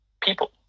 people